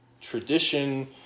tradition